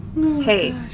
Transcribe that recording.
Hey